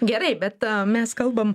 gerai bet mes kalbam